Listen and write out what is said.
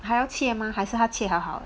还要切吗还是他切好好